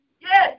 Yes